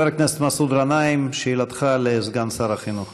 חבר הכנסת מסעוד גנאים, שאלתך לסגן שר החינוך.